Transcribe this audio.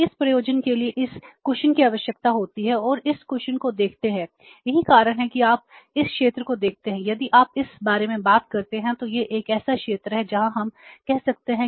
तो इस प्रयोजन के लिए इस कुशन कह सकते हैं